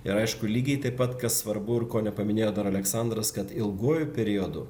ir aišku lygiai taip pat kas svarbu ir ko nepaminėjo dar aleksandras kad ilguoju periodu